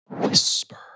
whisper